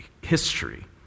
history